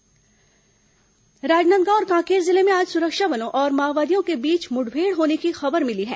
माओवादी मुठभेड़ राजनादगांव और कांकेर जिले में आज सुरक्षा बलों और माओवादियों के बीच मुठभेड़ होने की खबर मिली है